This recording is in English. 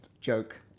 joke